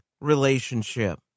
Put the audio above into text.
relationship